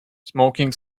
smoking